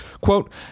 Quote